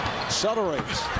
accelerates